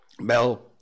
Mel